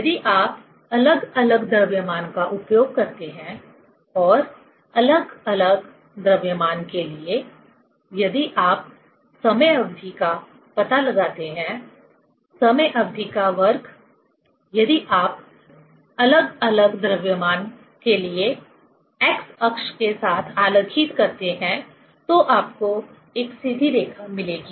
यदि आप अलग अलग द्रव्यमान का उपयोग करते हैं और अलग अलग द्रव्यमान के लिए यदि आप समय अवधि का पता लगाते हैं समय अवधि का वर्ग यदि आप अलग अलग द्रव्यमान के लिए एक्स अक्ष के साथ आलेखित करते हैं तो आपको एक सीधी रेखा मिलेगी